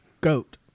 goat